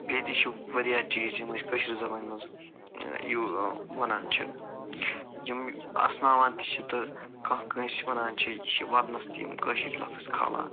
بیٚیہِ تہِ چھُ وارِیاہ چیٖز یِم أسۍ کٲشرِ زبانہِ منٛز یوٗ وَنان چھِ یِم اسناوان تہِ چھِ تہٕ کانٛہہ کٲنٛسہِ چھِ وَنان چھِ یہِ ودنس تہِ یِم کٲشِرۍ لفظ کھالان